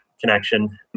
connection